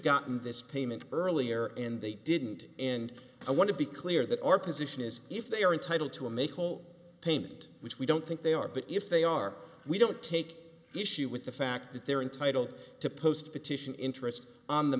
gotten this payment earlier and they didn't and i want to be clear that our position is if they are entitled to a make home payment which we don't think they are but if they are we don't take issue with the fact that they're entitled to post petition interest on the